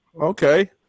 Okay